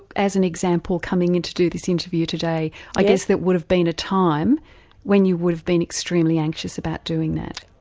as an example, coming in to do this interview today i guess there would have been a time when you would have been extremely anxious about doing that?